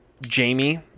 Jamie